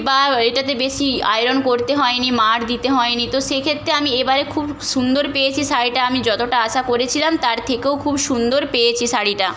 বা এটাতে বেশি আয়রন করতে হয়নি মাড় দিতে হয়নি তো সেক্ষেত্রে আমি এবারে খুব সুন্দর পেয়েছি শাড়িটা আমি যতটা আশা করেছিলাম তার থেকেও খুব সুন্দর পেয়েছি শাড়িটা